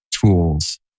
tools